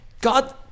God